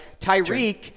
Tyreek